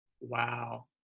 Wow